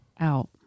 out